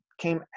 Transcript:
came